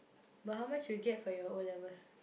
but how much you get for your O-level